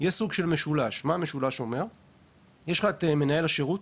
יש סוג של משולש: יש את מנהל השירות,